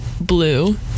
blue